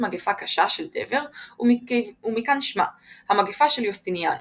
מגפה קשה של דבר ומכאן שמה "המגפה של יוסטיניאנוס".